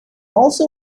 also